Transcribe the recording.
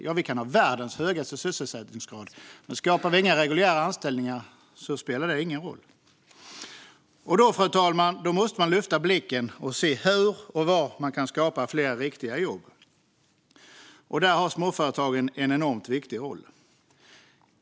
Ja, vi kan ha världens högsta sysselsättningsgrad, men om vi inte skapar reguljära anställningar spelar det ingen roll. Fru talman! Då måste man lyfta blicken och se hur och var man kan skapa fler riktiga jobb. Där har småföretagen en enormt viktig roll.